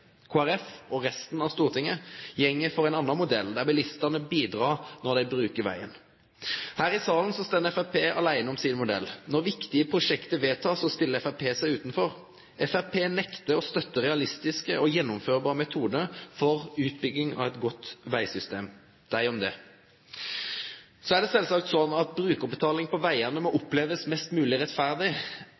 Folkeparti og resten av Stortinget går for ein annan modell, der bilistane bidreg når dei brukar vegen. Her i salen står Framstegspartiet aleine om sin modell. Når viktige prosjekt blir vedtekne, stiller Framstegspartiet seg utanfor. Framstegspartiet nektar å støtte realistiske og gjennomførbare metodar for utbygging av eit godt vegsystem – dei om det. Så er det sjølvsagt slik at brukarbetaling på vegane må opplevast mest mogleg rettferdig,